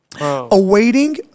Awaiting